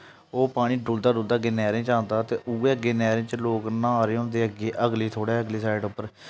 ओह् पानी डुलदा डुलदा अग्गें नैह्रें च आंदा ते उ'ऐ अग्गें नैह्रें च लोक न्हाऽ दे होंदे अग्गें अगले थोह्ड़ा अगली साइड उप्पर